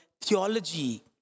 theology